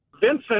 Vincent